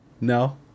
No